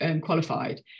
qualified